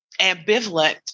ambivalent